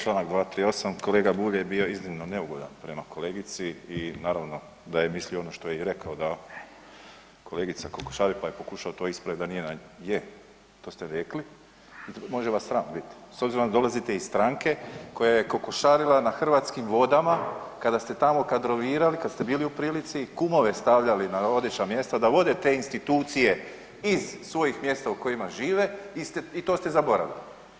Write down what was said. Članak 238., kolega Bulj je bio iznimno neugodan prema kolegici i naravno da je mislio ono što je i rekao da kolegica kokošari pa je pokušao to ispraviti da nije na nju, je to ste rekli, može vas sram biti s obzirom da dolazite iz stranke koja je kokošarila na Hrvatskim vodama kada ste tamo kadrovirali kada ste bili u prilici, kumove stavljali na odlična mjesta da vode te institucije iz svojih mjesta u kojima žive i to ste zaboravili.